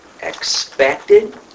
expected